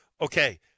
Okay